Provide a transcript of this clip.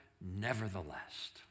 nevertheless